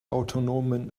autonomen